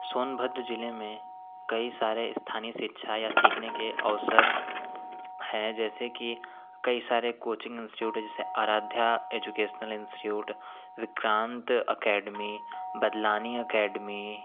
सोनभद्र ज़िले में कई सारे स्थानीय शिक्षा या सिखने के अवसर हैं जैसे कि कई सारे कोचिंग इंसट्यूट जैसे Aradhya educational institute Vikrant academy Badlani academy